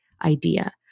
idea